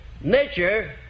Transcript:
Nature